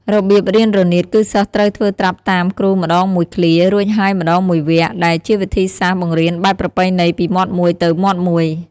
របៀបរៀនរនាតគឺសិស្សត្រូវធ្វើត្រាប់តាមគ្រូម្តងមួយឃ្លា រួចហើយម្តងមួយវគ្គ ដែលជាវិធីសាស្ត្របង្រៀនបែបប្រពៃណីពីមាត់មួយទៅមាត់មួយ។